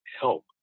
help